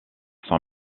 sont